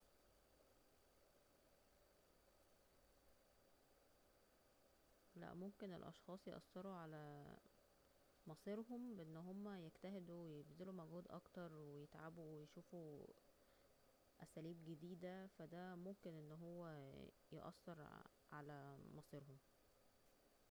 لا ممكن الاشخاص يأثرو على مصيرهم بأن هما يجتهدو ويبذلو مجهود اكتر ويتعبو ويشوفو أساليب جديدة ف دا ممكن أن هو يأثر على مصيرهم